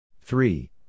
Three